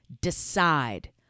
decide